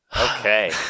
Okay